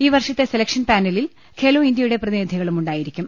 ഈ വർഷത്തെ സെലക്ഷൻ പാനലിൽ ഖേലോ ഇന്ത്യയുടെ പ്രതിനിധി കളും ഉണ്ടായിരിക്കും